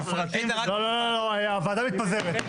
לא, הוועדה מתפזרת.